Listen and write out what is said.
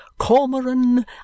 Cormoran